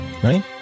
Right